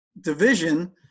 division